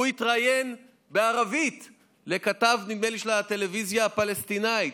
הוא התראיין בערבית לכתב של הטלוויזיה הפלסטינית,